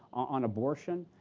on abortion,